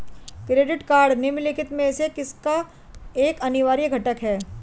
Credit card निम्नलिखित में से किसका एक अनिवार्य घटक है?